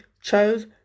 chose